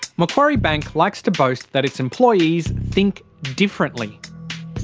macquarie bank likes to boast that its employees think differently.